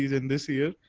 in this year.